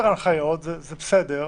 הנחיות זה בסדר,